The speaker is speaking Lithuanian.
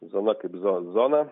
zona kaip zo zona